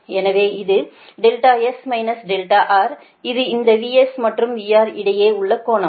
எனவே இது S R இது இந்த VS மற்றும் VR இடையே உள்ள கோணம்